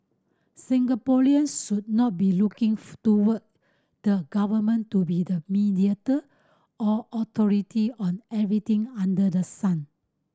Singaporeans should not be looking toward the government to be the mediator or authority on everything under the sun